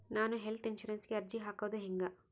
ನಾನು ಹೆಲ್ತ್ ಇನ್ಸುರೆನ್ಸಿಗೆ ಅರ್ಜಿ ಹಾಕದು ಹೆಂಗ?